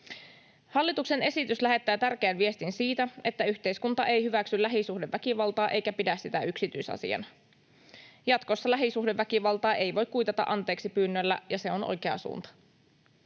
Hallituksen esitys lähettää tärkeän viestin siitä, että yhteiskunta ei hyväksy lähisuhdeväkivaltaa eikä pidä sitä yksityisasiana. Jatkossa lähisuhdeväkivaltaa ei voi kuitata anteeksipyynnöllä, ja se on oikea suunta.